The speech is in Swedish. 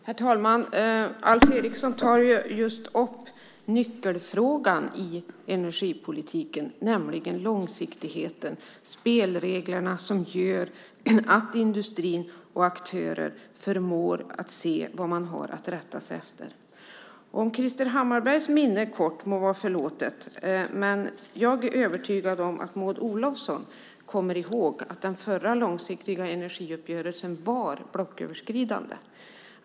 Herr talman! Alf Eriksson tar upp nyckelfrågan i energipolitiken, nämligen långsiktigheten, spelreglerna som gör att industrin och aktörer förmår att se vad man har att rätta sig efter. Om Krister Hammarberghs minne är kort må det vara honom förlåtet. Men jag är övertygad om att Maud Olofsson kommer ihåg att den förra långsiktiga energiuppgörelsen var blocköverskridande.